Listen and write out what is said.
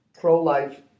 pro-life